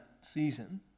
season